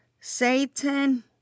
Satan